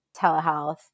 telehealth